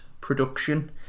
production